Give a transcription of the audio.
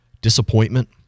disappointment